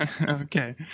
Okay